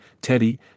Teddy